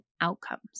outcomes